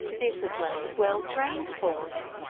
disciplined, well-trained force.